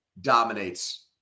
dominates